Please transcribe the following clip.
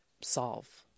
solve